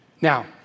Now